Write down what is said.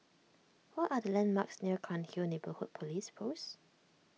what are the landmarks near Cairnhill Neighbourhood Police Post